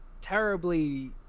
terribly